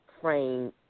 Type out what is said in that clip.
frame